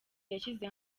yashyize